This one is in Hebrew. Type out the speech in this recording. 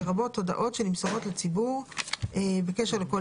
לרבות הודעות שנמסרות לציבור בקשר לכל